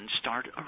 start